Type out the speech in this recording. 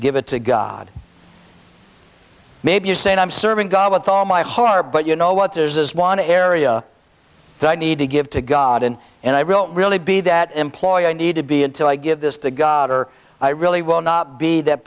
give it to god maybe you say i'm serving god with all my heart but you know what does this want to area i need to give to god and and i will really be that employ i need to be until i give this to god or i really will not be that